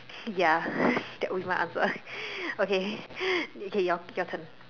ya that would be my answer okay okay your your turn